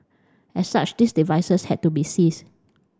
as such these devices had to be seized